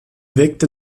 wirkte